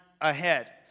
ahead